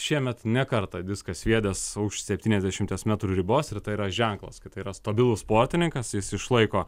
šiemet ne kartą diską sviedęs už septyniasdešimties metrų ribos ir tai yra ženklas kad tai yra stabilus sportininkas jis išlaiko